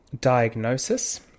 diagnosis